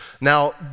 Now